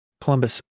Columbus